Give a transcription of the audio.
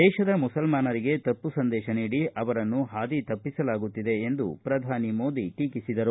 ದೇಶದ ಮುಸಲ್ಮಾನರಿಗೆ ತಪ್ಪು ಸಂದೇಶ ನೀಡಿ ಅವರನ್ನು ಹಾದಿತಪ್ಪಿಸಲಾಗುತ್ತಿದೆ ಎಂದು ಪ್ರಧಾನಿ ಮೋದಿ ಟೀಕಿಸಿದರು